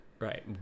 Right